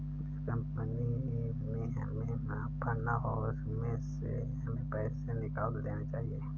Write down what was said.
जिस कंपनी में हमें मुनाफा ना हो उसमें से हमें पैसे निकाल लेने चाहिए